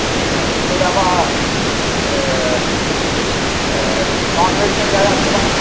اچھا اس کے علاوہ نان ویج میں کیا ہے آپ کے پاس